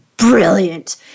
brilliant